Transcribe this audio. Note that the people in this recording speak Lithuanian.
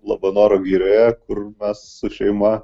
labanoro girioje kur su šeima